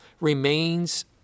remains